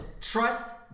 trust